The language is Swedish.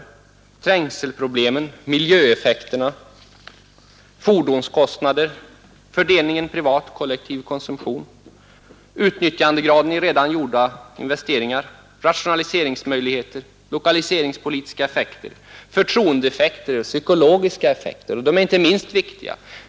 Hur är det med trängselproblemen, miljöeffekterna, fordonskostnaderna, kommunikation, utnyttjandegraden i redan gjorda investeringar, rationaliseringsmöjligheter, lokaliseringspolitiska effekter, förtroendeeffekter, psykologiska effekter, som är inte minst viktiga?